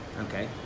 okay